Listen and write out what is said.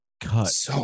cut